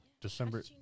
December